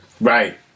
Right